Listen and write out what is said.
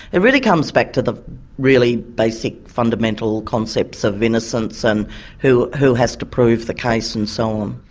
it really comes back to the really basic fundamental concepts of innocence and who who has to prove the case and so on.